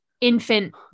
infant